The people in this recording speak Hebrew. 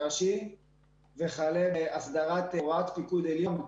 הראשי וכלה בהסדרת הוראת פיקוד עליון.